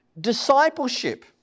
discipleship